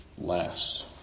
last